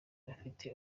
bafite